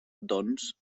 doncs